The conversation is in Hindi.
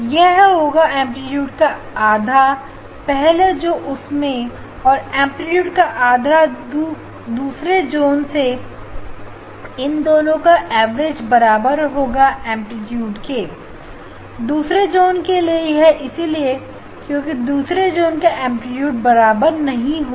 यह होगा एंप्लीट्यूड का आधा पहले जो उनसे और एंप्लीट्यूड का आधा दूसरे जोन से इन दोनों का एवरेज बराबर होगा एंप्लीट्यूड है दूसरे जोन के यह इसलिए है क्योंकि दोनों तरफ का एंप्लीट्यूड बराबर नहीं होगा